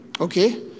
Okay